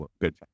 good